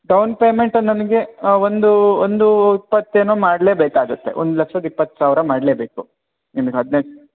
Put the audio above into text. down payment ನನಗೆ ಒಂದು ಒಂದು ಇಪ್ಪತೇನೊ ಮಾಡಲೇ ಬೇಕಾಗುತ್ತೆ ಒಂದು ಲಕ್ಷದ ಇಪ್ಪತ್ತು ಸಾವಿರ ಮಾಡಲೇ ಬೇಕು ನಿಮ್ಗೆ ಹದಿನೈದು